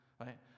right